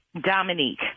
Dominique